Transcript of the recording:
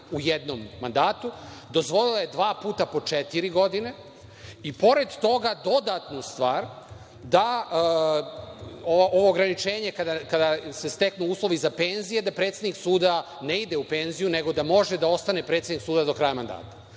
u jednom mandatu, dozvolila je dva puta po četiri godine i pored toga dodatnu stvar da ovo ograničenje kada se steknu uslovi za penziju da predsednik suda ne ide u penziju, nego da može da ostane predsednik suda do kraja mandata. Sad,